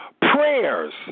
prayers